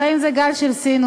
החיים זה גל של סינוס,